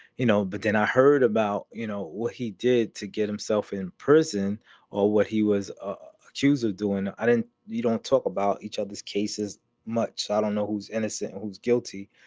you know. but then i heard about, you know, what he did to get himself in person or what he was accused of doing. i don't you don't talk about each other's cases much. i don't know who's innocent and who's guilty.